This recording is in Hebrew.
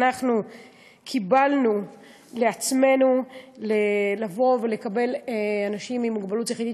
אנחנו קיבלנו על עצמנו לבוא ולקבל אנשים עם מוגבלות שכלית-התפתחותית,